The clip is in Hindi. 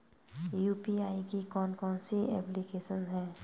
यू.पी.आई की कौन कौन सी एप्लिकेशन हैं?